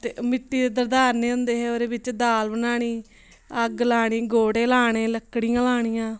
ते मिट्टी दे दुधारने होंदे हे ओह्दे बिच्च दाल बनानी अग्ग लानी गोह्टे लाने लकड़ियां लानियां